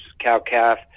cow-calf